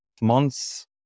months